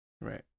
Right